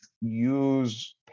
use